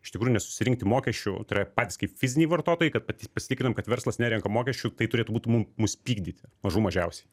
iš tikrųjų nesusirinkti mokesčių tai yra patys kaip fiziniai vartotojai kad pati pasitikrinam kad verslas nerenka mokesčių tai turėtų būt mum mums pykdyti mažų mažiausiai